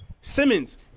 Simmons